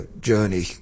journey